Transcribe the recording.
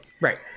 Right